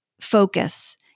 focus